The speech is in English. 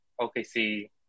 OKC